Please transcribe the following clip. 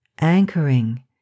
Anchoring